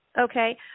Okay